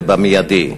ובמיידי.